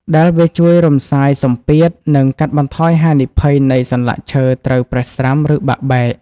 ដែលវាជួយរំសាយសម្ពាធ និងកាត់បន្ថយហានិភ័យនៃសន្លាក់ឈើត្រូវប្រេះស្រាំ ឬបាក់បែក។